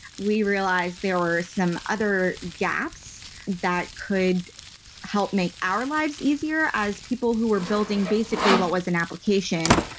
we realized there were some other gaps that could help make our lives easier as people who were building basically what was an application,